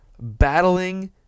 Battling